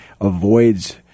avoids